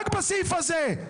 רק בסעיף הזה.